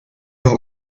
have